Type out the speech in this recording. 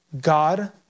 God